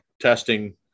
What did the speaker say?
testing